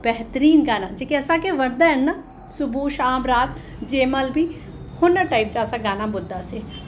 बहितरीन गाना जेके असांखे वणंदा आहिनि न सुबूह शाम रात जंहिं महिल बि हुन टाइप जा असां गाना ॿुधंदासीं